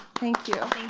thank you.